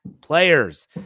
players